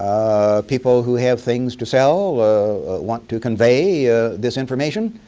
people who have things to sell want to convey this information.